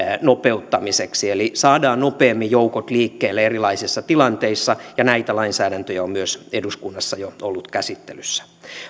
nopeuttamiseksi eli saadaan nopeammin joukot liikkeelle erilaisissa tilanteissa ja näitä lainsäädäntöjä on myös eduskunnassa jo ollut käsittelyssä